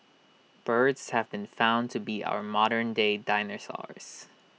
birds have been found to be our modern day dinosaurs